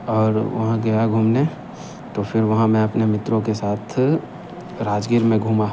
और वहाँ गया घूमने तो फिर वहाँ मैं अपने मित्रों के साथ राजगीर में घूमा